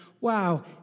wow